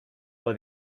for